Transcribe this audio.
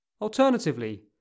Alternatively